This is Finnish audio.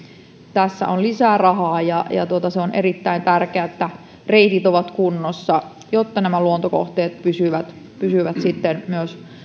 tässä on lisää rahaa ja se on erittäin tärkeää että reitit ovat kunnossa jotta nämä luontokohteet pysyvät pysyvät sitten myös